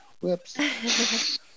Whoops